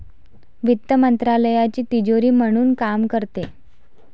वित्त मंत्रालयाची तिजोरी म्हणून काम करते